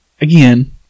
again